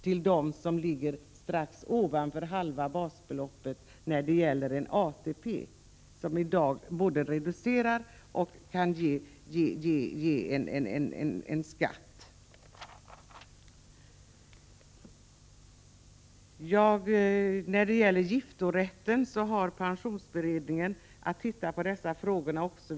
I dag kan en pension på den nivån leda till både reducerat bostadstillägg och viss skatt. När det gäller giftorätten vill jag säga att pensionberedningen har i uppdrag att titta också på den frågan.